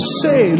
say